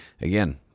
again